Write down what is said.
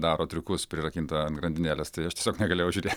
daro triukus prirakinta ant grandinėlės tai aš tiesiog negalėjau žiūrėti